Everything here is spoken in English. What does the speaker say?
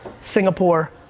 Singapore